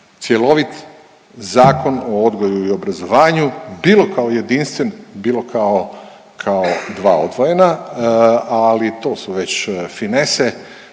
cjelovit Zakon o odgoju i obrazovanju bilo kao jedinstven, bilo kao, kao dva odvojena ali to su već finese